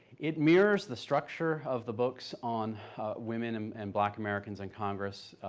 it mirrors the structure of the books on women and black americans in congress.